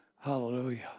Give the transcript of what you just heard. Hallelujah